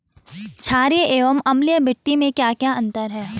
छारीय एवं अम्लीय मिट्टी में क्या क्या अंतर हैं?